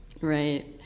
Right